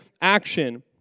action